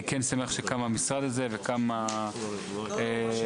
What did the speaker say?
אני כן שמח שקם המשרד הזה וקם ה- -- אדוני היושב ראש,